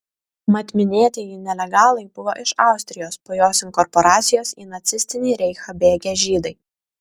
mat minėtieji nelegalai buvo iš austrijos po jos inkorporacijos į nacistinį reichą bėgę žydai